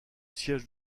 siège